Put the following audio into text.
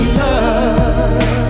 love